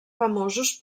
famosos